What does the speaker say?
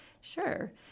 Sure